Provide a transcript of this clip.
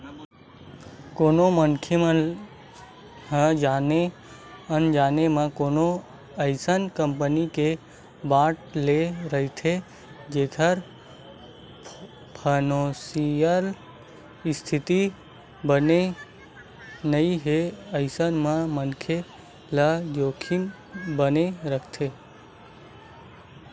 कोनो मनखे ह जाने अनजाने म कोनो अइसन कंपनी के बांड ले डरथे जेखर फानेसियल इस्थिति बने नइ हे अइसन म मनखे ल जोखिम बने रहिथे